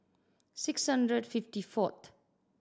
six hundred and fifty fourth